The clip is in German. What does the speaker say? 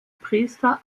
priester